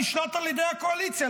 שנשלט על ידי הקואליציה,